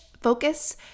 focus